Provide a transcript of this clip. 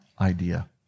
idea